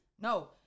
No